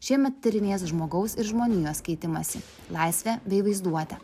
šiemet tyrinės žmogaus ir žmonijos keitimąsi laisvę bei vaizduotę